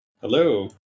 Hello